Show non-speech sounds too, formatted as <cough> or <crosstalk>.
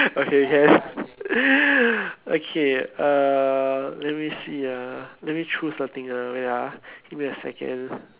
okay can <breath> okay uh let me see ah let me choose the thing ah wait ah give me a second